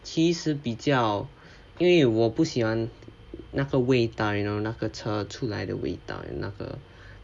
其实比较因为我不喜欢那个味道 you know 那个 car 出来的味道那个